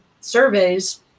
surveys